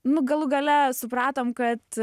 nu galų gale supratom kad